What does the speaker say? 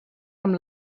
amb